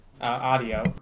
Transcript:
Audio